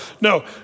No